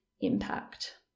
impact